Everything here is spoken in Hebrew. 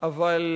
אבל,